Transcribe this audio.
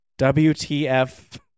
WTF